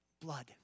Blood